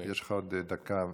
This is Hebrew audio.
יש לך עוד דקה וחצי,